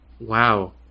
Wow